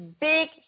big